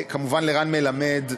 כמובן לרן מלמד,